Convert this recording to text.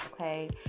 okay